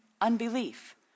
unbelief